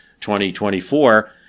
2024